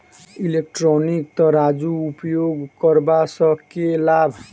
Electronic तराजू उपयोग करबा सऽ केँ लाभ?